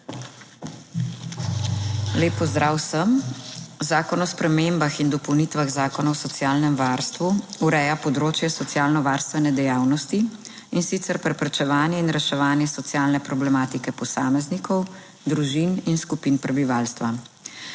Lep pozdrav vsem! Zakon o spremembah in dopolnitvah Zakona o socialnem varstvu ureja področje socialno varstvene dejavnosti, in sicer preprečevanje in reševanje socialne problematike posameznikov, družin in skupin prebivalstva.